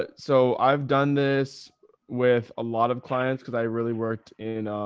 but so i've done this with a lot of clients because i really worked in,